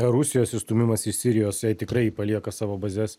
rusijos išstūmimas iš sirijos jei tikrai palieka savo bazes